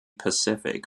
pacific